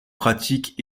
pratiques